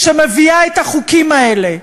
שמביאה את החוקים האלה.